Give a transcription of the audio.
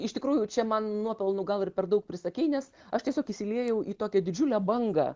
iš tikrųjų čia man nuopelnų gal ir per daug prisakei nes aš tiesiog įsiliejau į tokią didžiulę bangą